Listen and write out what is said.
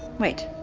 wait,